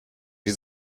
wie